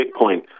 bitcoin